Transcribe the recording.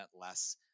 less